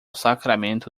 sacramento